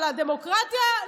על הדמוקרטיה,